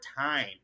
time